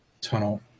tunnel